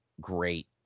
great